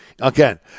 Again